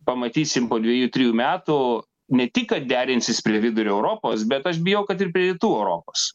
pamatysim po dviejų trijų metų ne tik kad derinsis prie vidurio europos bet aš bijau kad ir rytų europos